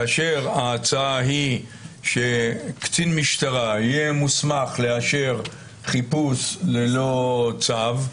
כאשר ההצעה היא שקצין משטרה יהיה מוסמך לאשר חיפוש ללא צו,